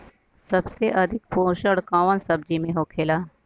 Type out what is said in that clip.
सबसे अधिक पोषण कवन सब्जी में होखेला?